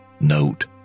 Note